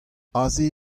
aze